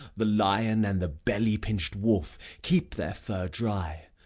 the lion and the belly-pinched wolf keep their fur dry,